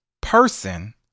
person